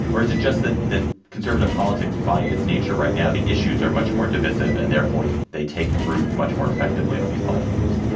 or is it just that that conservative politics by its nature right now, the issues are much more divisive and therefore they they take root much more effectively on these platforms?